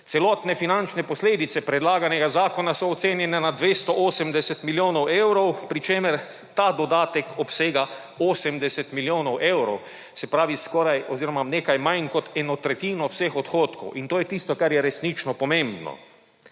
Celotne finančne posledice predlaganega zakona so ocenjene na 280 milijonov evrov, pri čemer ta dodatek obsega **10. TRAK: (SC) – 10.45** (nadaljevanje) 80 milijonov evrov se pravi skoraj oziroma nekaj manj kot eno tretjino vseh odhodkov in to je tisto, kar je resnično pomembno.